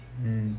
mm